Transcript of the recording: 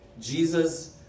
Jesus